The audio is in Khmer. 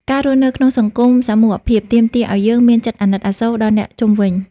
ការរស់នៅក្នុងសង្គមសមូហភាព ទាមទារឱ្យយើងមានចិត្តអាណិតអាសូរដល់អ្នកជុំវិញ។